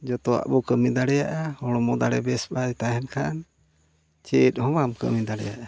ᱡᱚᱛᱚᱣᱟᱜ ᱵᱚ ᱠᱟᱹᱢᱤ ᱰᱟᱲᱮᱭᱟᱜᱼᱟ ᱦᱚᱲᱢᱚ ᱫᱟᱲᱮ ᱵᱮᱥ ᱵᱟᱭ ᱛᱟᱦᱮᱱ ᱠᱷᱟᱱ ᱪᱮᱫ ᱦᱚᱸ ᱵᱟᱢ ᱠᱟᱹᱢᱤ ᱫᱟᱲᱮᱭᱟᱜᱼᱟ